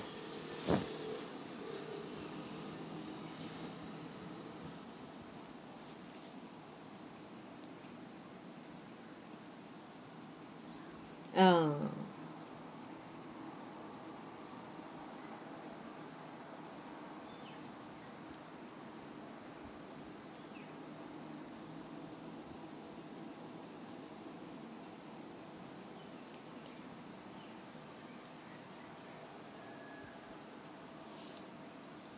uh